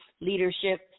leadership